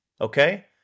Okay